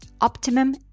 optimum